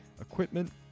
equipment